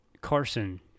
Carson